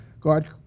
God